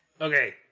Okay